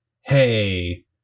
hey